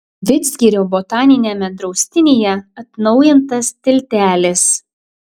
vidzgirio botaniniame draustinyje atnaujintas tiltelis